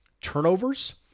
turnovers